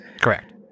Correct